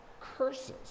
curses